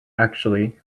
actually